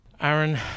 Aaron